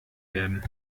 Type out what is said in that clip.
werden